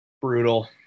brutal